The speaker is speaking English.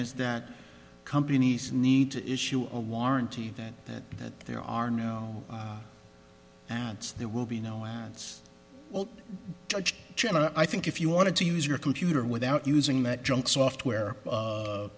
is that companies need to issue a warranty that that there are no ads there will be no ads judge i think if you wanted to use your computer without using that junk software